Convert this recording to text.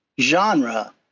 genre